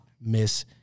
miss